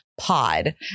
pod